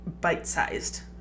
bite-sized